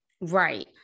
Right